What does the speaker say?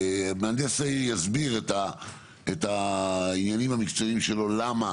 מהנדס העיר יסביר את העניינים המקצועיים שלו על למה